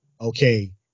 okay